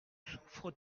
souffre